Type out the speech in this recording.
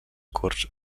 corts